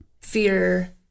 fear